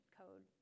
code